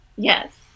Yes